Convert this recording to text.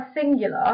singular